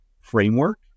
framework